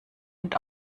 und